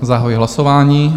Zahajuji hlasování.